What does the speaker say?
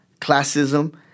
classism